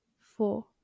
four